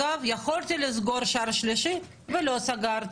אם יש לך להוסיף.